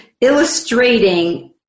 illustrating